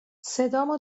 صدامو